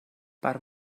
per